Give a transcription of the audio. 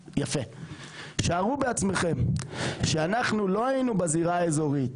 שערו בעצמכם שאנחנו לא היינו בזירה האזורית